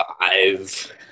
five